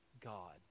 God